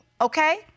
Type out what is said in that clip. okay